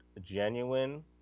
genuine